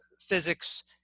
physics